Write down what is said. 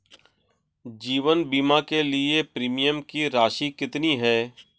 जीवन बीमा के लिए प्रीमियम की राशि कितनी है?